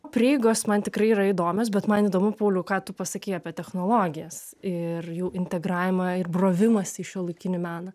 prieigos man tikrai yra įdomios bet man įdomu pauliau ką tu pasakei apie technologijas ir jų integravimą ir brovimąsi į šiuolaikinį meną